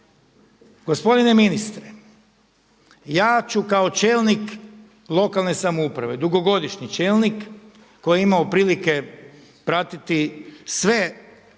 Gospodine ministre, ja ću kao čelnik lokalne samouprave, dugogodišnji čelnik koji je imao prilike pratiti sve